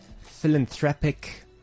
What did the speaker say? philanthropic